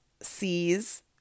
sees